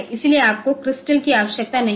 इसलिए आपको क्रिस्टल की आवश्यकता नहीं है